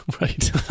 Right